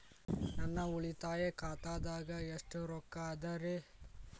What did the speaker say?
ನನ್ನ ಉಳಿತಾಯ ಖಾತಾದಾಗ ಎಷ್ಟ ರೊಕ್ಕ ಅದ ರೇ?